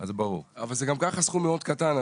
אבל זה גם ככה סכום מאוד קטן,